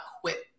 quit